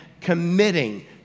committing